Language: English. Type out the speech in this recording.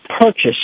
purchase